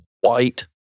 white